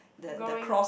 going